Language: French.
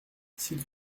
s’il